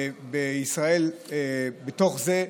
ובישראל בתוך זה,